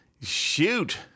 Shoot